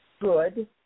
good